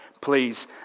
Please